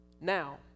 now